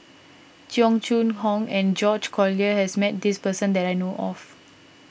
Cheong Choong Kong and George Collyer has met this person that I know of